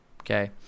Okay